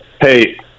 Hey